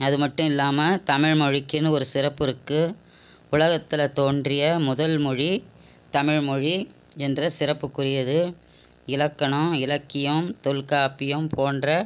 அதுமட்டும் இல்லாமல் தமிழ்மொழிக்குனு ஒரு சிறப்பருக்கு உலகத்தில் தோன்றிய முதல் மொழி தமிழ்மொழி என்ற சிறப்புக்குரியது இலக்கணம் இலக்கியம் தொல்காப்பியம் போன்ற